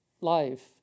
life